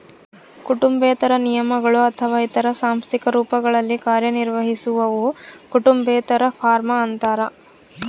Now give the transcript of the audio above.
ಕುಟುಂಬೇತರ ನಿಗಮಗಳು ಅಥವಾ ಇತರ ಸಾಂಸ್ಥಿಕ ರೂಪಗಳಲ್ಲಿ ಕಾರ್ಯನಿರ್ವಹಿಸುವವು ಕುಟುಂಬೇತರ ಫಾರ್ಮ ಅಂತಾರ